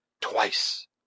twice